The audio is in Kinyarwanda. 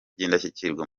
by’indashyikirwa